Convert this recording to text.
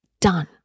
Done